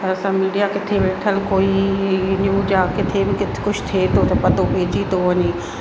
त असां मीडिया किथे वेठल कोई न्यूज आहे किथे बि कुझु थिए थो त पतो पइजी थो वञे